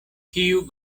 kiu